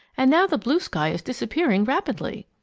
and now the blue sky is disappearing rapidly.